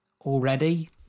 already